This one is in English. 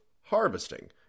harvesting